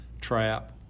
trap